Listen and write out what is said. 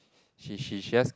she she she just